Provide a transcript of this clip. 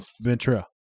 Ventura